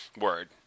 word